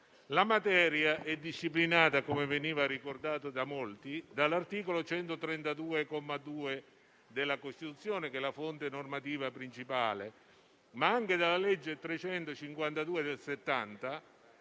La materia è disciplinata - come veniva ricordato da molti - dall'articolo 132, comma 2, della Costituzione, che è la fonte normativa principale, ma anche dalla legge n. 352 del 1970,